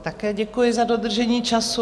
Také děkuji za dodržení času.